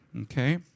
okay